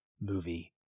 movie